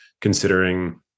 considering